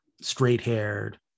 straight-haired